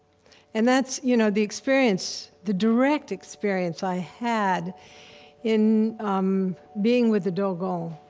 and that's you know the experience, the direct experience i had in um being with the dogon, um